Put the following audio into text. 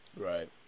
Right